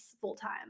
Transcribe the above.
full-time